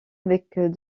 avec